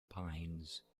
pines